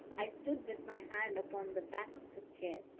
i stood with my hand upon the back of his chair.